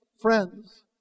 Friends